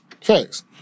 thanks